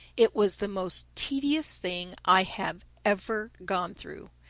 it was the most tedious thing i have ever gone through.